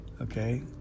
Okay